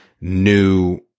new